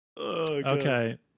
Okay